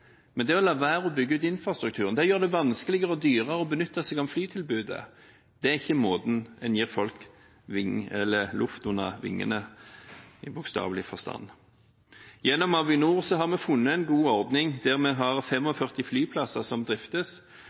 Men det å la være å bygge infrastruktur gjør det vanskeligere og dyrere å benytte seg av flytilbudet. Det er ikke måten en gir folk luft under vingene – i bokstavelig forstand. Gjennom Avinor har vi funnet en god ordning. Det er 45 flyplasser som driftes,